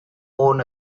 own